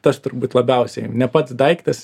tas turbūt labiausiai ne pats daiktas